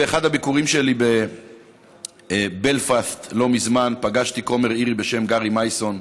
באחד הביקורים שלי בבלפסט לא מזמן פגשתי כומר אירי בשם גארי מייסון,